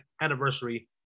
anniversary